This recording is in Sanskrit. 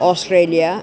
आस्ट्रेलिया